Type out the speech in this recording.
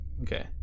Okay